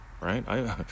right